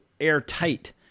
airtight